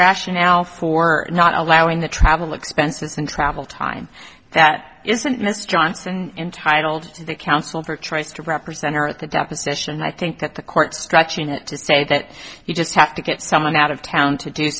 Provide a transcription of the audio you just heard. rationale for not allowing the travel expenses and travel time that isn't mr johnson entitled to the counsel for choice to represent her at the deposition and i think that the court stretching it to say that you just have to get someone out of town to do